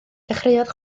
dechreuodd